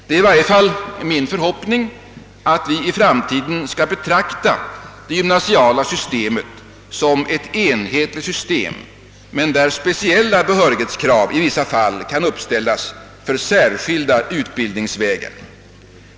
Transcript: Det är i varje fall min förhoppning att man i framtiden skall betrakta det gymnasiala systemet som ett enhetligt system, där dock speciella behörighetskrav i vissa fall kan uppställas för särskilda utbildningsvägar.